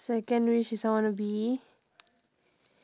second wish is I wanna be